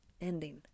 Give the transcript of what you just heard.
Ending